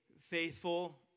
faithful